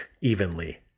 evenly